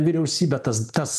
vyriausybę tas tas